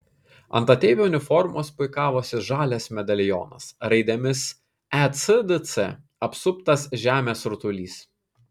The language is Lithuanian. ant ateivio uniformos puikavosi žalias medalionas raidėmis ecdc apsuptas žemės rutulys